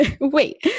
wait